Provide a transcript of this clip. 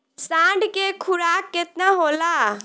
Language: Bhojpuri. साँढ़ के खुराक केतना होला?